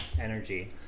energy